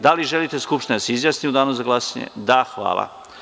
Da li želite da se Skupština izjasni u Danu za glasanje? (Da) Hvala.